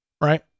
right